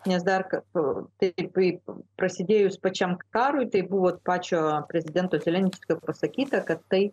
nes dar kartą prasidėjus pačiam karui tai buvo pačio prezidento zelenskio pasakyta kad tai